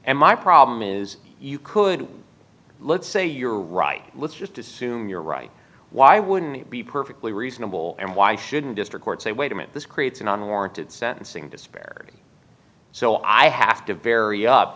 and my problem is you could let's say you're right let's just assume you're right why wouldn't it be perfectly reasonable and why shouldn't district court say wait a minute this creates an unwarranted sentencing disparity so i have to very up